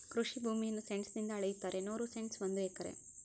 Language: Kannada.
ಕೃಷಿ ಭೂಮಿಯನ್ನು ಸೆಂಟ್ಸ್ ನಿಂದ ಅಳೆಯುತ್ತಾರೆ ನೂರು ಸೆಂಟ್ಸ್ ಒಂದು ಎಕರೆ